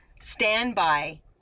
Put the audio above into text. standby